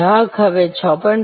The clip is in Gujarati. ગ્રાહક હવે 6